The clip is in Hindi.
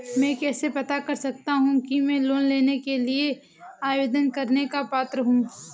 मैं कैसे पता कर सकता हूँ कि मैं लोन के लिए आवेदन करने का पात्र हूँ?